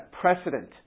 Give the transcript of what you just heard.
precedent